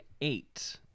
eight